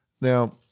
Now